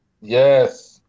yes